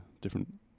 different